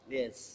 yes